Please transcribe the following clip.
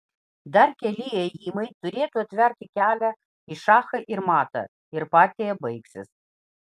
dar keli ėjimai turėtų atverti kelią į šachą ir matą ir partija baigsis